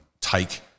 take